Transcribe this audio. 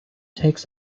takes